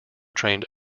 trained